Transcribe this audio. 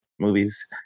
movies